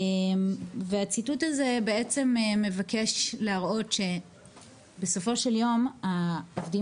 הציטוט הזה מבקש להראות שבסופו של יום העובדים